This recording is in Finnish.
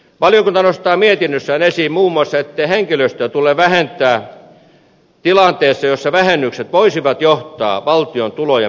valiokunta nostaa mietinnössään esiin muun muassa ettei henkilöstöä tule vähentää tilanteessa jossa vähennykset voisivat johtaa valtion tulojen menetykseen